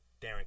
Darren